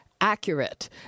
Accurate